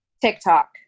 TikTok